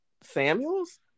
Samuels